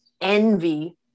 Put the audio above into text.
envy